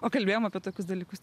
o kalbėjom apie tokius dalykus